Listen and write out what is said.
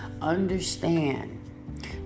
Understand